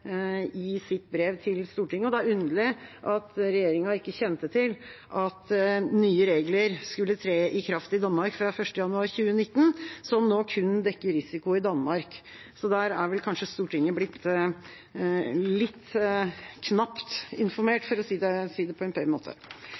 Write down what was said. i sitt brev til Stortinget, og det er underlig at regjeringa ikke kjente til at nye regler, som kun dekker risiko i Danmark, skulle tre i kraft i Danmark fra 1. januar 2019. Der har Stortinget kanskje blitt litt knapt informert, for å si det på en pen måte.